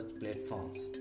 platforms